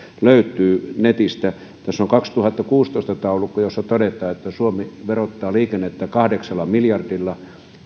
löytyy netistä tässä on vuodelta kaksituhattakuusitoista taulukko jossa todetaan että suomi verottaa liikennettä kahdeksalla miljardilla